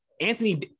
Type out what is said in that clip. anthony